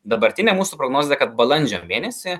dabartinė mūsų prognozė kad balandžio mėnesį